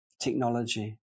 technology